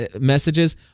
messages